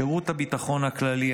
שירות הביטחון הכללי,